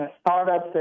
startups